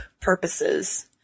purposes